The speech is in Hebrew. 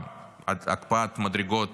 הקפאת מדרגות